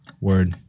word